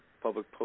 Public